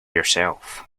yourself